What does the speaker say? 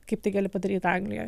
kaip tai gali padaryt anglijoj